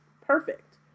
perfect